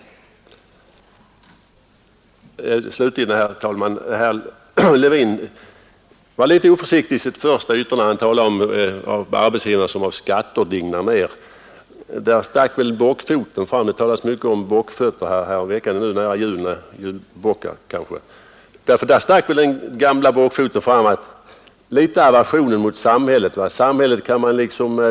Slutligen, herr talman, var herr Levin litet oförsiktig i sitt första yttrande, när han talade om arbetsgivaren, som av skatter dignar ned. Där stack väl den gamla bockfoten fram, nämligen en aversion mot samhället. Det talas mycket om bockfötter denna vecka. Det är kanske med tanke på julen och julbockarna.